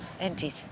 indeed